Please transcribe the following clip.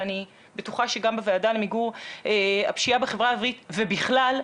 ואני בטוחה שגם בוועדה למיגור הפשיעה בחברה הערבית ובכלל,